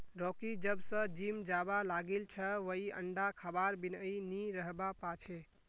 Rocky जब स gym जाबा लागिल छ वइ अंडा खबार बिनइ नी रहबा पा छै